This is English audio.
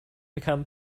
become